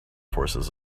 forces